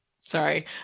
Sorry